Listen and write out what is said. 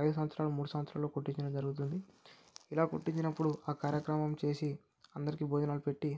అయిదు సంవత్సరాలు మూడు సంవత్సరాలు కుట్టించడం జరుగుతుంది ఇలా కుట్టించినప్పుడు ఆ కార్యక్రమం చేసి అందరికీ భోజనాలు పెట్టి